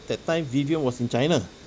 that time vivian was in china